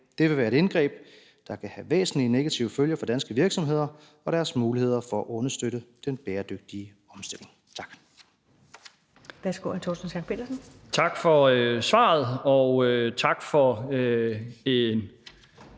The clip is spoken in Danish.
Det vil være et indgreb, der kan have væsentlige negative følger for danske virksomheder og deres muligheder for at understøtte den bæredygtige omstilling. Tak.